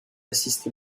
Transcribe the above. assiste